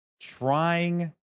Trying